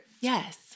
Yes